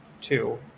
two